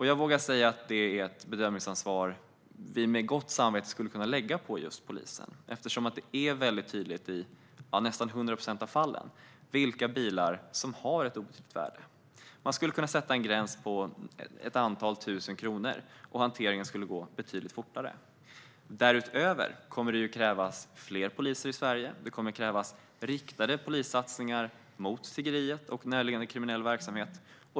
Jag vågar säga att det är ett bedömningsansvar vi med gott samvete kan lägga på polisen eftersom det är tydligt i nästan 100 procent av fallen vilka bilar som har ett obetydligt värde. Sätter man en gräns vid ett antal tusen kronor skulle hanteringen kunna gå betydligt fortare. Därutöver kommer det att krävas fler poliser i Sverige och riktade polissatsningar mot tiggeriet och närliggande kriminella verksamheter.